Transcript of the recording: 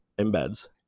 embeds